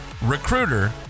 recruiter